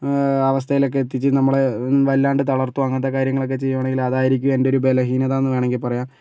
അവസ്ഥയിലൊക്കെ എത്തിച്ച് നമ്മളെ വല്ലാണ്ട് തളർത്തുകയും അങ്ങനത്തെ കാര്യങ്ങളൊക്കെ ചെയ്യുവാണെങ്കിൽ അതായിരിക്കും എൻ്റെ ബലഹീനത എന്ന് വേണമെങ്കിൽ പറയാം